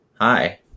Hi